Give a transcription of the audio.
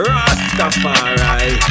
Rastafari